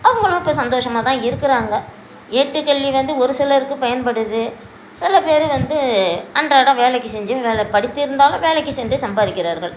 அவங்களும் இப்போ சந்தோஷமாகதான் இருக்கிறாங்க ஏட்டுக் கல்வி வந்து ஒரு சிலருக்கு பயன்படுது சில பேர் வந்து அன்றாட வேலைக்கு செஞ்சு நல்லா படித்திருந்தாலும் வேலைக்கு சென்றே சம்பாதிக்கிறார்கள்